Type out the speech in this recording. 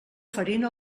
farina